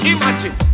Imagine